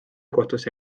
kohtusse